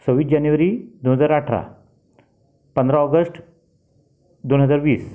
सव्वीस जानेवारी दोन हजार अठरा पंधरा ऑगस्ट दोन हजार वीस